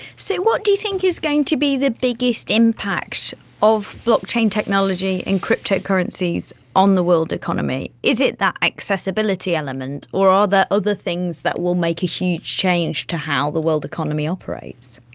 so what do you think is going to be the biggest impact of blockchain technology and cryptocurrencies on the world economy? is it that accessibility element or are there other things that will make a huge change to how the world economy operates?